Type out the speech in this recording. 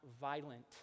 violent